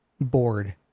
bored